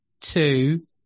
two